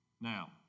Now